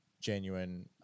genuine